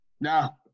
No